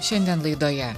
šiandien laidoje